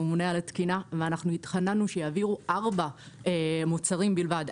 הממונה על התקינה ואנחנו התחננו שיעבירו ארבעה מוצרים בלבד,